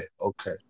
okay